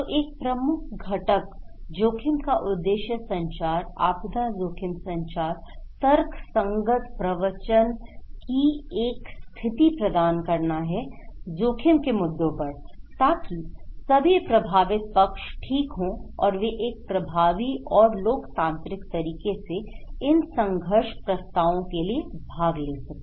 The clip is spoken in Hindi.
तो एक प्रमुख घटक जोखिम का उद्देश्य संचार आपदा जोखिम संचार तर्कसंगत प्रवचन की एक स्थिति प्रदान करना है जोखिम के मुद्दों पर ताकि सभी प्रभावित पक्ष ठीक हों और वे एक प्रभावी और लोकतांत्रिक तरीके से इन संघर्ष प्रस्तावों के लिए भाग ले सकें